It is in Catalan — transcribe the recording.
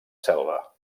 selva